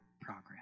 progress